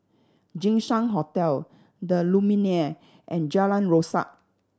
Jinshan Hotel The Lumiere and Jalan Rasok